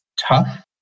tough